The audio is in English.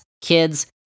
kids